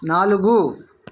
నాలుగు